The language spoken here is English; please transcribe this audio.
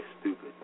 stupid